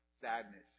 sadness